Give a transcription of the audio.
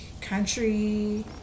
country